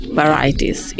varieties